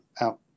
out